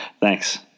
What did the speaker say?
Thanks